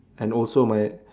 and also my